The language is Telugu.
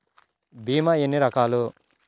భీమ ఎన్ని రకాలు?